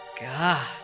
god